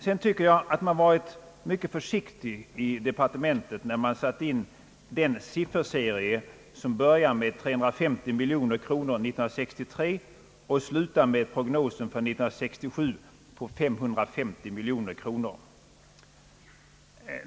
Vidare tycker jag att man varit mycket försiktig i departementet, när man satt in den sifferserie som börjar med 350 miljoner kronor 1963 och slutar med prognosen för 1967 på 550 miljoner kronor.